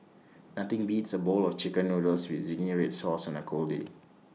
nothing beats A bowl of Chicken Noodles with Zingy Red Sauce on A cold day